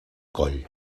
coll